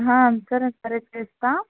సరే సరే చేస్తాను